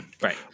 Right